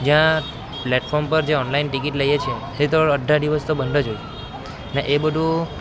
જ્યાં પ્લેટફોર્મ પર જે ઓનલાઇન ટિકિટ લઈએ છીએ એ તો અડધા દિવસ બંધ જ હોય ને એ બધું